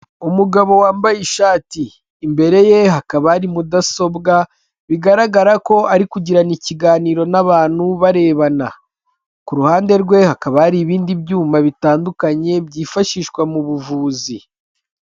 Umugabo wambaye ishati imbere ye hakaba ari mudasobwa bigaragara ko ari kugirana ikiganiro n'abantu barebana, ku ruhande rwe hakaba hari ibindi byuma bitandukanye byifashishwa mu buvuzi.